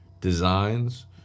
designs